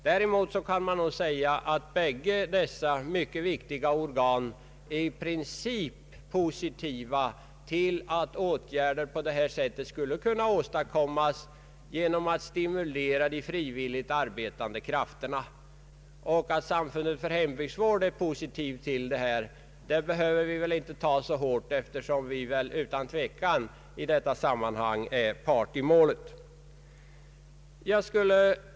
Däremot kan man nog säga att bägge dessa mycket viktiga organ i princip är positiva till att åtgärder skulle kunna åstadkommas genom att stimulera de frivilligt arbetande krafterna. Att samfundet för hembygdsvård är positivt behöver vi inte ta så hårt, eftersom det i detta sammanhang är part i målet. Herr talman!